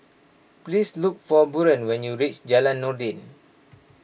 please look for Buren when you reach Jalan Noordin